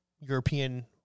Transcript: European